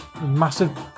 massive